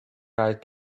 right